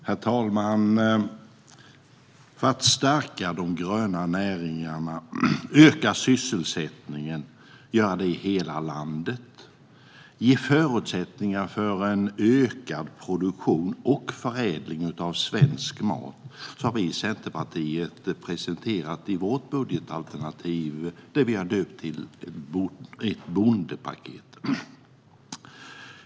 Herr talman! För att stärka de gröna näringarna, öka sysselsättningen i hela landet och ge förutsättningar för en ökad produktion och förädling av svensk mat har vi i Centerpartiet i vårt budgetalternativ presenterat det vi har döpt till ett bondepaket.